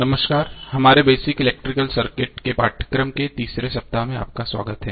नमस्कार हमारे basic electrical circuit के पाठ्यक्रम के तीसरे सप्ताह में आपका स्वागत है